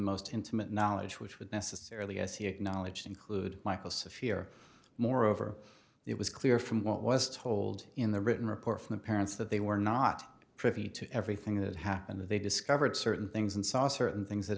most intimate knowledge which would necessarily as he acknowledged include michael saffir moreover it was clear from what was told in the written report from the parents that they were not privy to everything that happened that they discovered certain things and saw certain things that